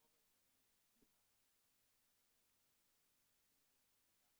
ברוב הדברים לשים את זה בחבילה אחת.